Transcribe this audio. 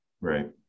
Right